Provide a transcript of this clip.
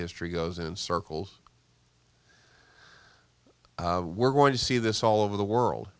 history goes in circles we're going to see this all over the world